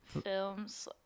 films